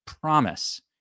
promise